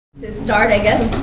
to start, i